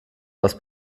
was